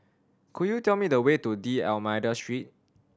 could you tell me the way to D'Almeida Street